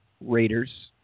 Raiders